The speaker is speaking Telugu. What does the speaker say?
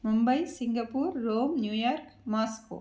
Mumbai Singapore Rome New York Moscow